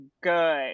good